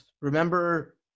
Remember